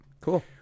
Cool